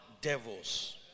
devils